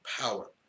power